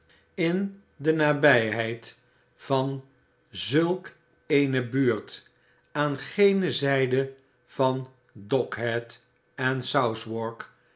in de nabijheid van zulk eene buurt aan gene zijde van dockhead en